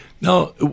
Now